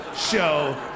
show